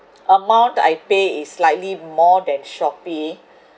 amount I pay is slightly more than Shopee